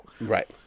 Right